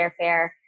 airfare